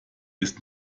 ist